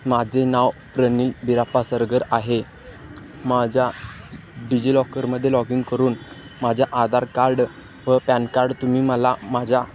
माझे नाव प्रनील बिराप्पा सरगर आहे माझ्या डिजिलॉकरमध्ये लॉगिंन करून माझ्या आधार कार्ड व पॅन कार्ड तुम्ही मला माझ्या